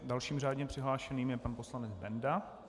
Dalším řádně přihlášeným je pan poslanec Benda.